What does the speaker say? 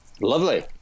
Lovely